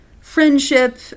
friendship